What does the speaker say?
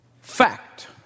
fact